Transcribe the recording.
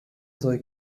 soll